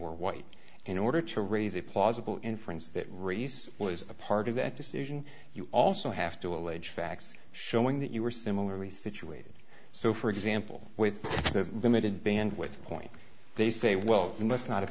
were white in order to raise a plausible inference that race was a part of that decision you also have to allege facts showing that you were similarly situated so for example with the limited bandwidth point they say well you must not have